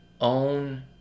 Own